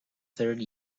third